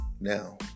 Now